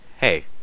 hey